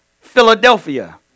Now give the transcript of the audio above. Philadelphia